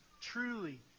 truly